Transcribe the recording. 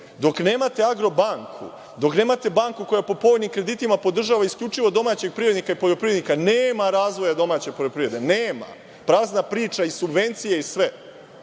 Dok nemate Agro banku, dok nemate banku koja po povoljnim kreditima podržava isključivo domaćeg privrednika i poljoprivrednika, nema razvoja domaće poljoprivrede. Nema. Prazna priča i subvencije i